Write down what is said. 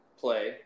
play